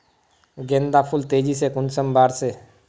गेंदा फुल तेजी से कुंसम बार से?